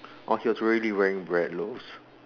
or he was really wearing bread loaves